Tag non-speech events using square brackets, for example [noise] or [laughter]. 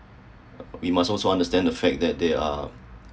[noise] we must also understand the fact that they are